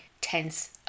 tense